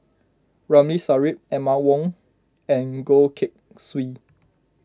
Ramli Sarip Emma Yong and Goh Keng Swee